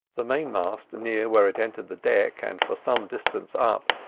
the main-mast near where it entered the deck, and for some distance up,